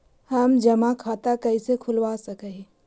हम जमा खाता कैसे खुलवा सक ही?